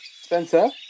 Spencer